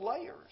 layers